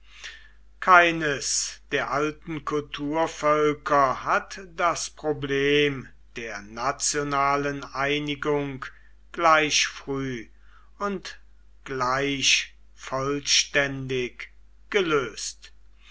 keines der alten kulturvölker hat das problem der nationalen einigung gleich früh und gleich vollständig gelöst